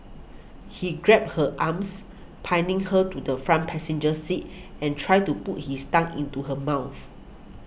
he grabbed her arms pinning her to the front passenger seat and tried to put his tongue into her mouth